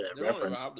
reference